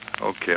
Okay